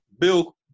Bill